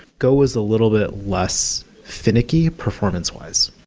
go was a little bit less finicky performance-wise.